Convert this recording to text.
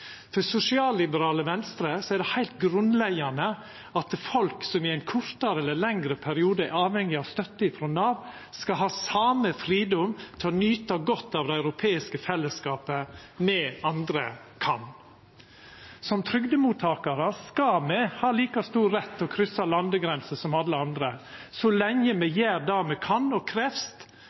For sosialliberale Venstre er det heilt grunnleggjande at folk som i ein kortare eller lengre periode er avhengige av støtte frå Nav, skal ha same fridom til å nyta godt av det europeiske fellesskapet som me andre kan. Som trygdemottakarar skal me ha like stor rett til å kryssa landegrenser som alle andre så lenge me gjer det me kan, og som krevst,